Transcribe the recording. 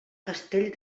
castell